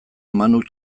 manuk